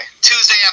Tuesday